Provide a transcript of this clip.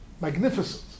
magnificent